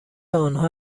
انها